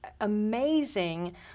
amazing